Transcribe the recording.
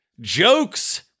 Jokes